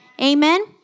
Amen